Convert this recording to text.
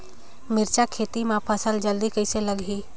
मिरचा खेती मां फल जल्दी कइसे लगही?